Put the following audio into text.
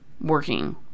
working